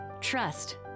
Trust